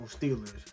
Steelers